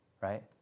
Right